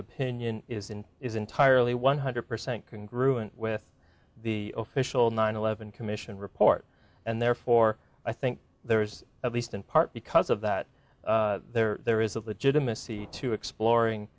opinion is in is entirely one hundred percent congruity with the official nine eleven commission report and therefore i think there is at least in part because of that there there is a legitimate see to exploring